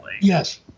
Yes